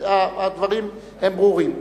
הדברים הם ברורים.